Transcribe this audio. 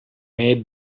made